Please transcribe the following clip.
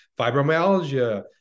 fibromyalgia